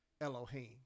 Elohim